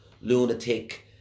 lunatic